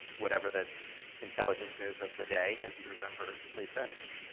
whatever the intelligences of the day, as you remember, lisa. and